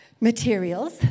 materials